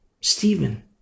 Stephen